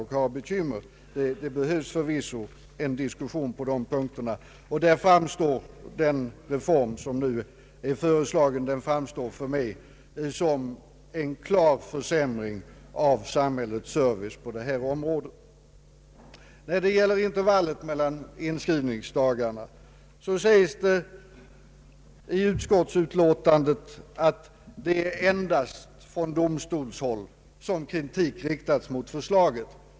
På dessa punkter behövs förvisso en diskussion. För mig framstår den nu föreslagna reformen som en klar försämring av samhällets service på detta område. När det gäller intervallen mellan inskrivningsdagarna anförs det i utskottsutlåtandet att det endast är från domstolshåll som kritik riktats mot förslaget.